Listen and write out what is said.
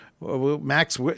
Max